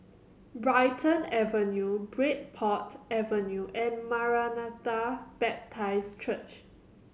Brighton Avenue Bridport Avenue and Maranatha Baptist Church